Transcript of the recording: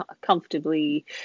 comfortably